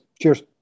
Cheers